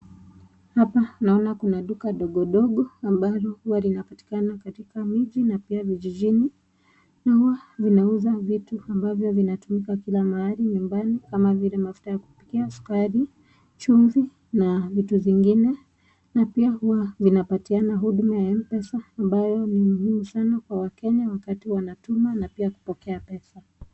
Hapa naona kuna duka dogo dogo ambazo huwa zinapatikana katika mji na pia vijijini, na huwa vinauza vitu ambavyo vinatumika kila mahali nyumbani kama vile mafuta ya kupikia, sukari , chumvi na vitu zingine, na pia huwa vinapatiana huduma ya M-Pesa ambayo ni muhimu sana kwa wakenya wakati wanatuma na pia kupokea pesa.